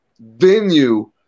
venue –